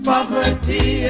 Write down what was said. Poverty